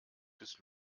bis